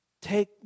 Take